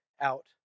out